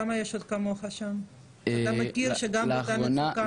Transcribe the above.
כמה יש עוד כמוך שם, שאתה מכיר, שגם באותה מצוקה?